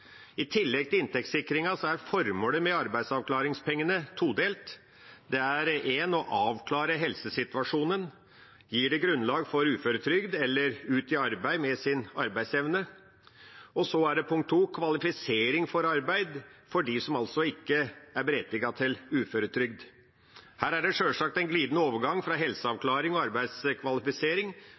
I tillegg til inntektssikringen er formålet med arbeidsavklaringspengene todelt. Det er for det første å avklare helsesituasjonen – gir det grunnlag for uføretrygd, eller er det ut i arbeid med sin arbeidsevne? Punkt to er kvalifisering for arbeid, for dem som altså ikke er berettiget til uføretrygd. Her er det sjølsagt en glidende overgang mellom helseavklaring og arbeidskvalifisering.